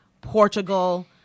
Portugal